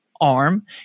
arm